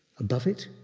above it